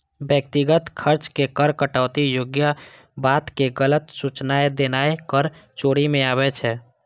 व्यक्तिगत खर्च के कर कटौती योग्य बताके गलत सूचनाय देनाय कर चोरी मे आबै छै